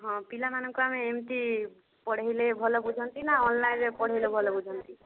ହଁ ପିଲାମାନଙ୍କୁ ଆମେ ଏମିତି ପଢ଼ାଇଲେ ଭଲ ବୁଝନ୍ତି ନା ଅନଲାଇନରେ ପଢ଼ାଇଲେ ଭଲ ବୁଝନ୍ତି